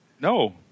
no